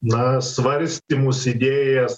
na svarstymus idėjas